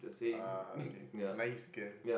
ah okay nice girl